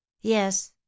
yes